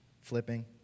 flipping